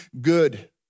good